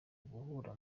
guhura